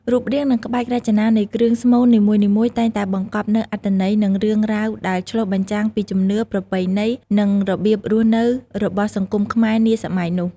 រូបរាង និងក្បាច់រចនានៃគ្រឿងស្មូននីមួយៗ តែងតែបង្កប់នូវអត្ថន័យ និងរឿងរ៉ាវដែលឆ្លុះបញ្ចាំងពីជំនឿ ប្រពៃណី និងរបៀបរស់នៅរបស់សង្គមខ្មែរសម័យនោះ។